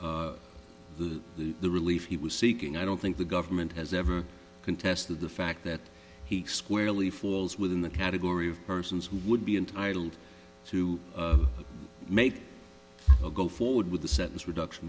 the the relief he was seeking i don't think the government has ever contested the fact that he squarely falls within the category of persons would be entitled to make a go forward with the sentence reduction